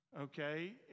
Okay